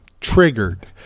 triggered